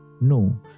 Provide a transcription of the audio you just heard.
No